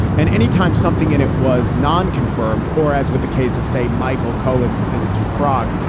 and anytime something in it was non confirmed or as with the case of, say, michael cohen's visit to prague,